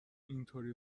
اینطوری